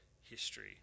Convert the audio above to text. history